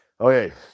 Okay